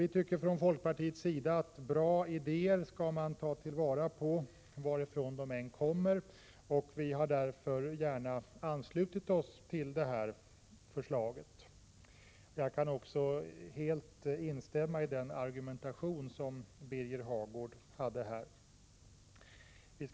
Vi tycker från folkpartiet att man skall ta till vara bra idéer varifrån de än kommer. Vi har därför gärna anslutit oss till detta förslag. Jag kan också helt instämma i Birger Hagårds argumentation.